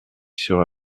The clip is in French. sur